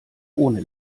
ohne